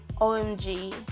omg